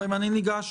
חברים, אני ניגש